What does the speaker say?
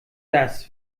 das